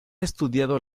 estudiado